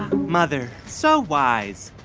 mother so wise.